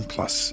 Plus